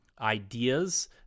ideas